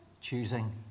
choosing